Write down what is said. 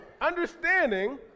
understanding